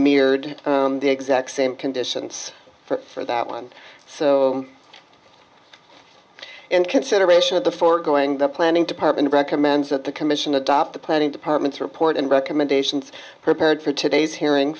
mirrored the exact same conditions for that one so in consideration of the foregoing the planning department recommends that the commission adopt the planning department's report and recommendations prepared for today's hearing